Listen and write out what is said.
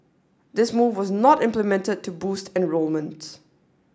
this move was not implemented to boost enrolment